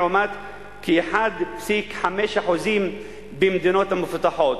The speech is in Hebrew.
לעומת כ-1.5% במדינות המפותחות.